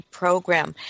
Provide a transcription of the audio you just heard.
program